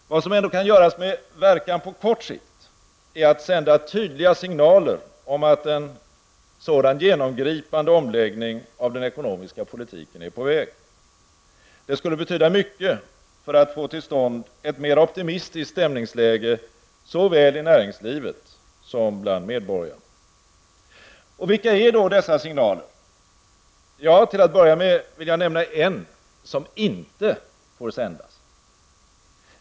Vad som ändå kan göras med verkan på kort sikt är att sända tydliga signaler om att en sådan genomgripande omläggning av den ekonomiska politiken är på väg. Det skulle betyda mycket för att få till stånd ett mera optimistiskt stämningsläge såväl i näringslivet som bland medborgarna. Vilka är då dessa signaler? Ja, till att börja med vill jag nämna en som inte får sändas.